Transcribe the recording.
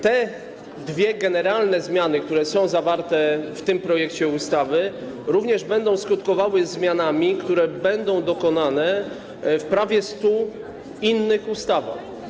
Te dwie generalne zmiany, które są zawarte w tym projekcie ustawy, będą również skutkowały zmianami, które będą dokonane w prawie 100 innych ustawach.